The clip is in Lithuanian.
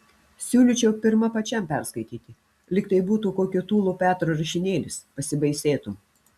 siūlyčiau pirma pačiam perskaityti lyg tai būtų kokio tūlo petro rašinėlis pasibaisėtum